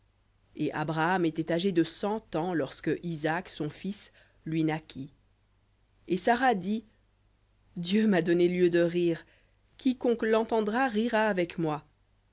et abraham était âgé de cent ans lorsque isaac son fils lui naquit et sara dit dieu m'a donné lieu de rire quiconque l'entendra rira avec moi